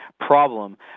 problem